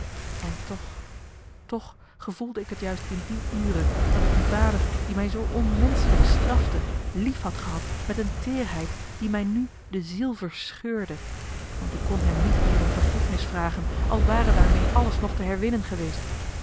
en toch toch gevoelde ik het juist in die ure dat ik dien vader die mij zoo onmenschelijk strafte lief gehad had met eene teêrheid die mij nu de ziel verscheurde want ik kon hem niet meer om vergiffenis vragen al ware daarmeê alles nog te herwinnen geweest